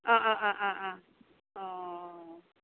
অ' অ' অ' অ' অ' অ'